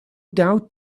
doubt